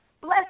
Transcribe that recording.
bless